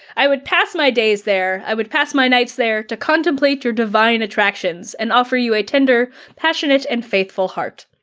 i would pass my days there, i would pass my nights there, to contemplate your divine attractions and offer you a tender, passionate and faithful heart.